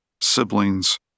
siblings